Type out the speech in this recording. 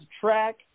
track